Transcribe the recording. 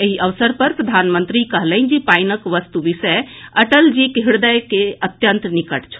एहि अवसर पर प्रधानमंत्री कहलनि जे पानिक वस्तुविषय अटल जीक हृदय के अत्यंत निकट छल